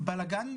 בלגאן.